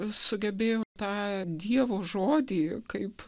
sugebėjo tą dievo žodį kaip